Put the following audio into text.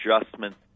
adjustments